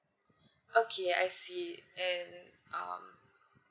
okay I see and um